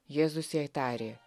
jėzus jai tarė